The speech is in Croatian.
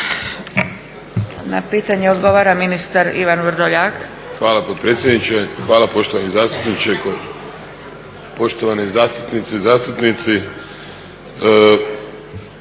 Na pitanje odgovara ministar Ivan Vrdoljak. **Vrdoljak, Ivan (HNS)** Hvala potpredsjednice. Hvala poštovani zastupniče, poštovane zastupnice i zastupnici